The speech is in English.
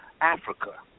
Africa